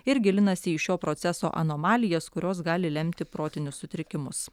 ir gilinasi į šio proceso anomalijas kurios gali lemti protinius sutrikimus